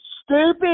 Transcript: Stupid